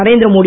Narendra Modi